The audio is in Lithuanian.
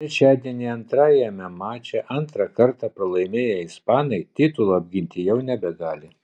trečiadienį antrajame mače antrą kartą pralaimėję ispanai titulo apginti jau nebegali